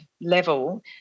level